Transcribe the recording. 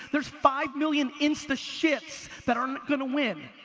there's five million instashits that aren't going to win.